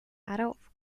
adolf